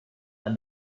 and